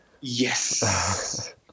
Yes